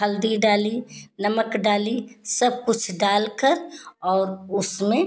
हल्दी डाली नमक डाली सब कुछ डालकर और उसमें